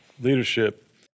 leadership